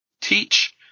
teach